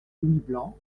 blanc